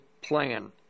plan